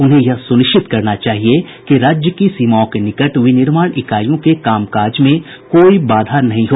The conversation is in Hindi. उन्हें यह सुनिश्चित करना चाहिए कि राज्य की सीमाओं के निकट विनिर्माण इकाईयों के कामकाज में कोई बाधा न हो